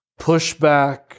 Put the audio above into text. pushback